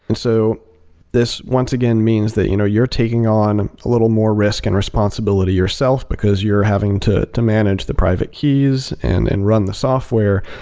and so this, once again, means that you know you're taking on a little more risk and responsibility yourself, because you're having to to manage the private keys and and run the software.